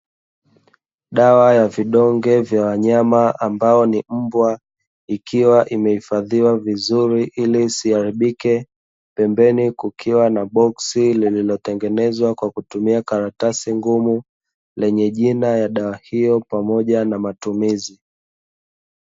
Dawa ya vidonge vya wanyama ambao ni mbwa, ikiwa imehifadhiwa vizuri ili isiharibike. Pembeni kukiwa na boksi lililotengenezwa kwa kutumia karatasi ngumu, lenye jina ya dawa hiyo pamoja na matumizi.